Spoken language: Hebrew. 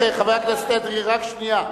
חבר הכנסת אדרי, רק שנייה.